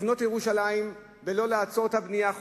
לבנות את ירושלים ולא לעצור את הבנייה.